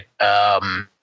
right